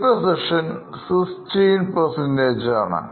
Depreciation 16 ആണ്